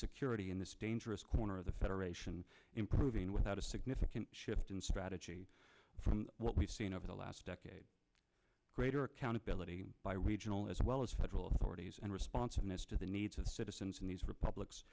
security in this dangerous corner of the federation improving without a significant shift in strategy from what we've seen over the last decade greater accountability by regional as well as federal authorities and responsiveness to the needs of the citizens in these republics